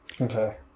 Okay